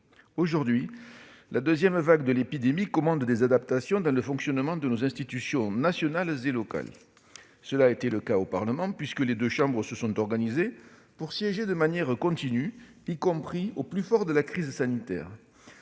Aujourd'hui, la deuxième vague de l'épidémie commande des adaptations dans le fonctionnement de nos institutions nationales et locales. Cela a été le cas au Parlement, puisque les deux chambres se sont organisées pour siéger de manière continue, y compris au plus fort de la crise sanitaire.